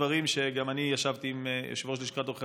גם אני ישבתי עם יושב-ראש לשכת עורכי